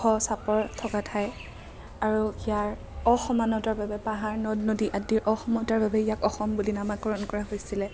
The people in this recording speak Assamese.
ওখ চাপৰ থকা ঠাই আৰু সেয়াৰ অসমানতাৰ বাবে পাহাৰ নদ নদী আদিৰ অসমতাৰ বাবে ইয়াক অসম বুলি নামাকৰণ কৰা হৈছিলে